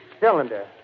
cylinder